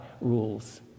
rules